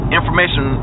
information